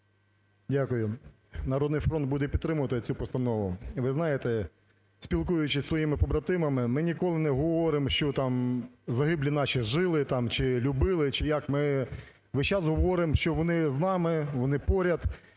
Дякую. "Народний фронт" буде підтримувати цю постанову. Ви знаєте, спілкуючись із своїми побратимами, ми ніколи не говоримо, що там загиблі наші жили, там чи любили, чи як, ми весь час говоримо, що вони з нами, вони поряд,